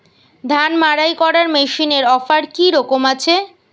ধান মাড়াই করার মেশিনের অফার কী রকম আছে?